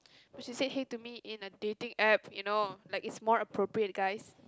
but she say hey to me in a dating app you know like is more appropriate guys